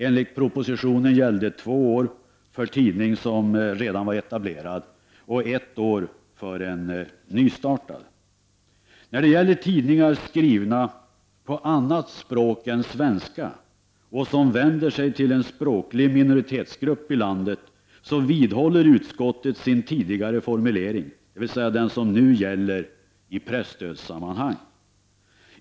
Enligt propositionen gällde två år för tidning som redan var etablerad och ett år för en nystartad. När det gäller tidningar skrivna på annat språk än svenska och som vänder sig till en språklig minoritetsgrupp i landet, vidhåller utskottet sin tidigare formulering, dvs. den som nu gäller i presstödssammanhang.